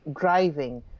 driving